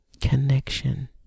connection